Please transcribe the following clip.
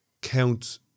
count